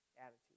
attitude